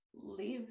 live